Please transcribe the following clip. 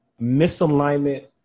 misalignment